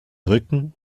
rücken